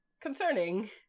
concerning